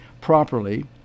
properly